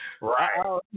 Right